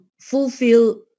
fulfill